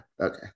Okay